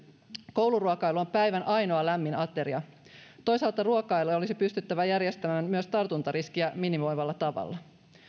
kouluruokailu on päivän ainoa lämmin ateria toisaalta ruokailuja olisi pystyttävä järjestämään myös tartuntariskiä minimoivalla tavalla